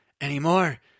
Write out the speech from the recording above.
anymore